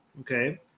okay